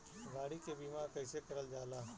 गाड़ी के बीमा कईसे करल जाला?